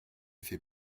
fait